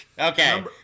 Okay